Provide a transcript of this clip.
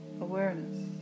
awareness